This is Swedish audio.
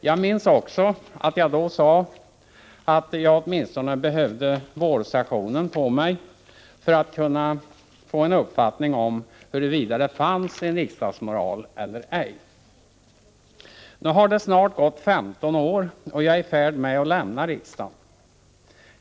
Jag minns att jag då sade att jag åtminstone behövde vårsessionen för att kunna få en uppfattning om huruvida det fanns en riksdagsmoral eller ej. — Nu har det snart gått 15 år, och jag är i färd med att lämna riksdagen.